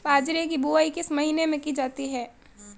बाजरे की बुवाई किस महीने में की जाती है?